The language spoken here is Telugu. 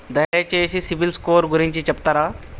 దయచేసి సిబిల్ స్కోర్ గురించి చెప్తరా?